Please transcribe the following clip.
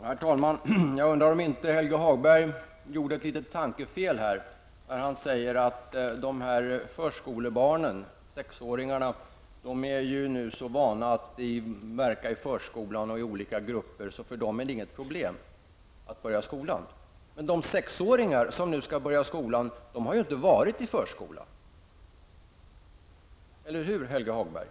Herr talman! Jag undrar om inte Helge Hagberg gjorde ett litet tankefel när han sade att sexåringarna är så vana att delta i olika grupper i förskolan att det inte är något problem för dem att börja skolan. De sexåringar som nu skall börja skolan har ju inte gått i förskola! Eller hur, Helge Hagberg?